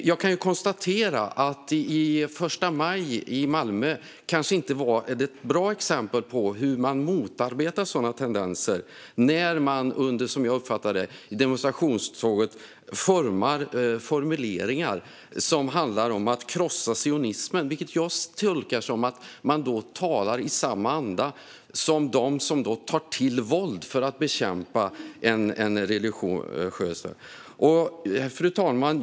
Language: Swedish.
Jag kan konstatera att första maj i Malmö inte var ett bra exempel på hur sådana tendenser motarbetas. Som jag uppfattade det använde man i demonstrationståget formuleringar som handlar om att krossa sionismen, vilket jag tolkar som att man talar i samma anda som de som tar till våld för att bekämpa något religiöst. Fru talman!